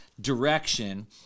direction